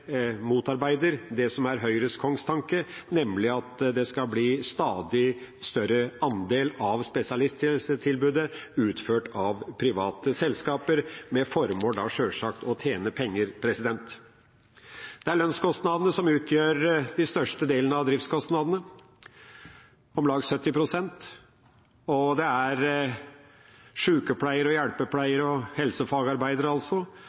motarbeider det som er Høyres kongstanke, nemlig at en stadig større andel av spesialisthelsetilbudet skal bli utført av private selskaper med det formål da sjølsagt å tjene penger. Det er lønnskostnadene som utgjør størstedelen av driftskostnadene, om lag 70 pst., og det er sykepleiere, hjelpepleiere og